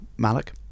Malik